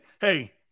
Hey